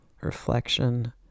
reflection